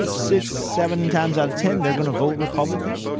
ah six, seven times out of ten, they're gonna vote republican.